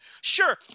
Sure